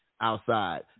outside